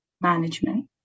Management